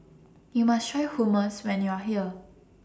YOU must Try Hummus when YOU Are here